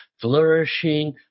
flourishing